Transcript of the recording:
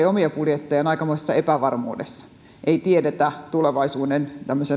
omia budjettejaan aikamoisessa epävarmuudessa ei tiedetä tämmöisellä tulevaisuuden